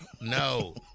No